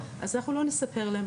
אז אנחנו לא נספר להם,